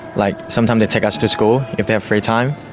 like sometimes they take us to school if they have free time.